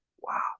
Wow